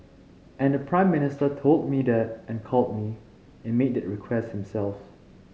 and the Prime Minister told me that and called me and made that request himself